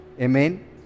Amen